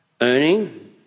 earning